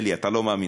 אלי, אתה לא מאמין.